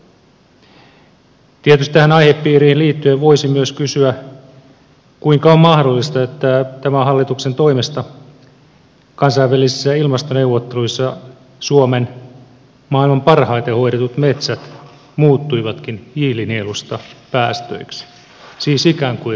tietysti tähän aihepiiriin liittyen voisi myös kysyä kuinka on mahdollista että tämän hallituksen toimesta kansainvälisissä ilmastoneuvotteluissa suomen maailman parhaiten hoidetut metsät muuttuivatkin hiilinielusta päästöiksi siis ikään kuin rasitteeksi suomelle